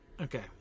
Okay